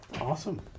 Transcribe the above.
awesome